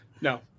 No